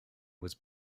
was